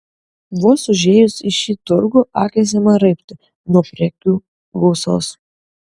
vos užėjus į šį turgų akys ima raibti nuo prekių gausos